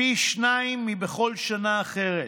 פי שניים מבכל שנה אחרת.